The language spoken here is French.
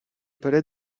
palais